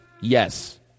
yes